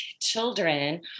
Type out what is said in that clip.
children